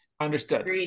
Understood